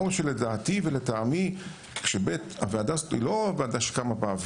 מה עוד שהוועדה הזאת היא לא ועדה שקמה באוויר,